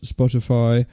Spotify